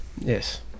yes